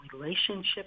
relationships